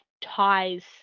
ties